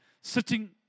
sitting